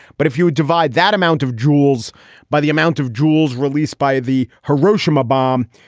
but if you would divide that amount of joules by the amount of joules released by the hiroshima bomb,